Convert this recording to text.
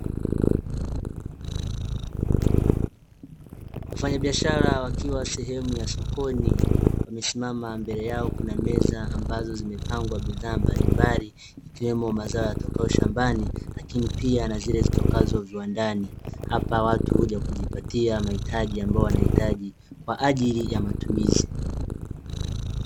Wafanyabiashara wakiwa sehemu ya sokoni wamesimama, mbele yao kuna meza ambazo zimepangwa bidhaa mbalimbali, ikiwemo mazao yatokayo shambani, lakini pia na zile zitokazo viwandani. Hapa watu huja kujipatia mahitaji ambayo, wanahitaji kwa ajili ya matumizi.